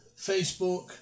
facebook